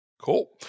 Cool